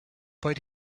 but